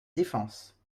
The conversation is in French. défense